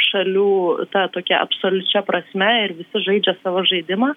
šalių ta tokia absoliučia prasme ir visi žaidžia savo žaidimą